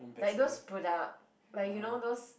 like those product like you know those